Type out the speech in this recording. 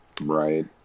Right